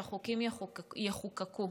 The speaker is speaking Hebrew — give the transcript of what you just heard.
שהחוקים יחוקקו.